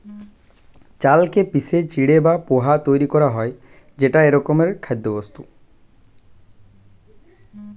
চালকে পিষে চিঁড়ে বা পোহা তৈরি করা হয় যেটা একরকমের খাদ্যবস্তু